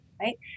right